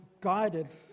guided